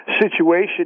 situation